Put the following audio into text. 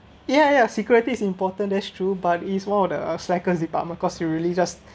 ya ya security is important that’s true but is one of the snickers department cause you really just